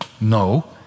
No